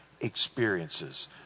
experiences